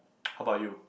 how about you